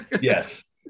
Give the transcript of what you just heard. Yes